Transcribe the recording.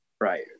Right